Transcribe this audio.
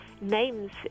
names